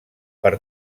per